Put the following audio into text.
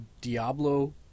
Diablo